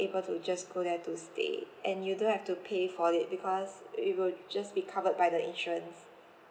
able to just go there to stay and you don't have to pay for it because it will just be covered by the insurance